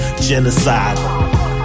genocide